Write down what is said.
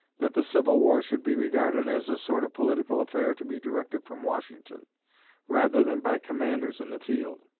that the civil war should be regarded as a sort of political affair to be directed from washington rather than by commanders in the field.